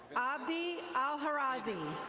ambdi el-harazi.